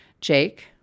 Jake